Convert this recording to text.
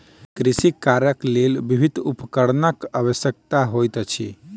कृषि कार्यक लेल विभिन्न उपकरणक आवश्यकता होइत अछि